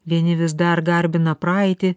vieni vis dar garbina praeitį